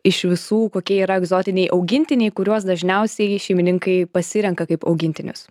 iš visų kokie yra egzotiniai augintiniai kuriuos dažniausiai šeimininkai pasirenka kaip augintinius